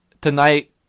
tonight